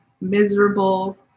miserable